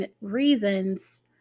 reasons